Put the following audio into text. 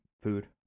food